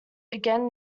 again